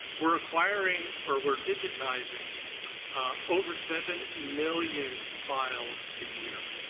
we're acquire and or we're digitizing over seven million files a year.